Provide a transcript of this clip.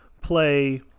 play